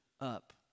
up